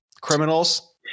Criminals